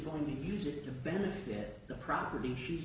going to use it to benefit the property she's